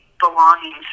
belongings